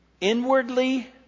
inwardly